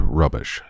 rubbish